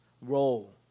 role